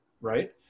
right